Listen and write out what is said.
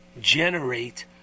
generate